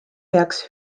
peaks